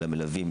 למלווים,